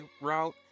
route